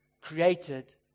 created